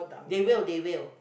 they will they will